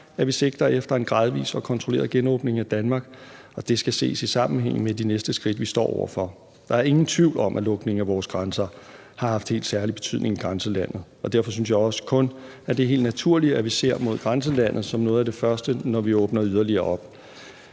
at vi sigter efter en gradvis og kontrolleret genåbning af Danmark, og det skal ses i sammenhæng med de næste skridt, vi står over for. Der er ingen tvivl om, at lukningen af de grænser har haft helt særlig betydning i grænselandet, og derfor synes jeg også kun, at det er helt naturligt, at vi ser mod grænselandet som noget af det første, når vi åbner yderligere op.